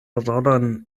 rolon